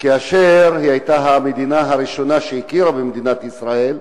כאשר היא היתה המדינה הראשונה שהכירה במדינת ישראל,